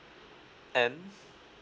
and